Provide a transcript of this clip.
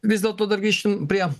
vis dėlto dar grįškim prie